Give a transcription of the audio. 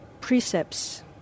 precepts